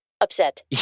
upset